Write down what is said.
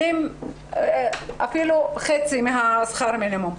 ומקבלות חצי משכר המינימום.